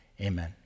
Amen